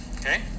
okay